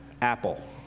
Apple